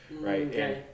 Right